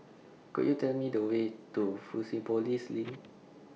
Could YOU Tell Me The Way to Fusionopolis LINK